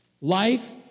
Life